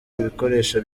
ibikoresho